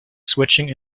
switching